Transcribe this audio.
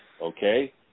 okay